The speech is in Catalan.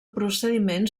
procediment